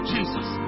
Jesus